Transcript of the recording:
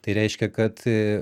tai reiškia kad